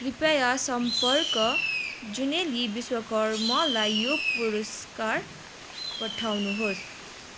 कृपया सम्पर्क जुनेली विश्वकर्मलाई यो पुरस्कार पठाउनुहोस्